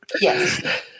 Yes